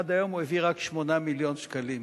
עד היום הוא העביר רק 8 מיליון שקלים,